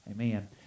Amen